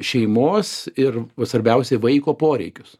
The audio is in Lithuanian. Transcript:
šeimos ir o svarbiausia vaiko poreikius